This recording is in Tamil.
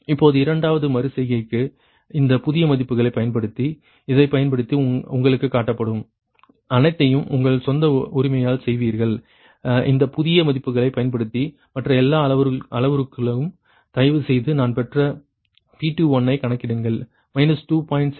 இப்போது இரண்டாவது மறு செய்கைக்கு இந்த புதிய மதிப்புகளைப் பயன்படுத்தி இதைப் பயன்படுத்தி உங்களுக்குக் காட்டப்படும் அனைத்தையும் உங்கள் சொந்த உரிமையால் செய்வீர்கள் இந்த புதிய மதிப்புகளைப் பயன்படுத்தி மற்ற எல்லா அளவுருக்களும் தயவு செய்து நான் பெற்ற P2 கணக்கிடுங்கள் 2